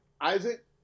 Isaac